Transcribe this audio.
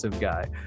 guy